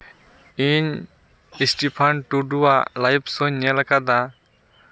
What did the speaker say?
ᱤᱧ ᱥᱴᱤᱯᱷᱟᱱ ᱴᱩᱰᱩᱣᱟᱜ ᱞᱟᱭᱤᱵᱷ ᱥᱳᱧ ᱧᱮᱞ ᱠᱟᱫᱟ